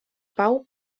pau